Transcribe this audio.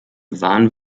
bewahren